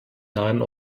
nahen